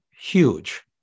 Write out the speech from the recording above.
huge